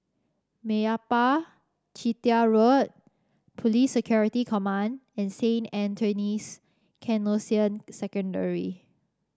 Meyappa Chettiar Road Police Security Command and Saint Anthony's Canossian Secondary